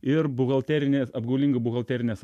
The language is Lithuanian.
ir buhalterinės apgaulingo buhalterinės